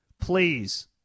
please